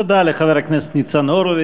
תודה לחבר הכנסת ניצן הורוביץ.